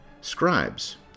scribes